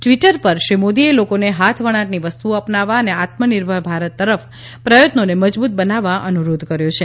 Twitter પર શ્રીમોદીએ લોકોને હાથ વણાટની વસ્તુઓ અપનાવવા અને આત્મનિર્ભર ભારત તરફના પ્રયત્નોને મજબૂત બનાવવા અનુરોધ કર્યો છે